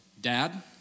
Dad